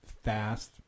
Fast